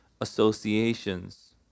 associations